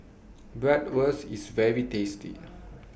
Bratwurst IS very tasty